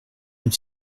même